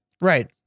Right